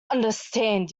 understand